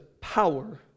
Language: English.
power